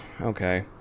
okay